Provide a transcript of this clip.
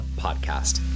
Podcast